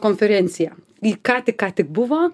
konferencija ji ką tik ką tik buvo